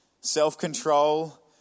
self-control